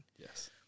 Yes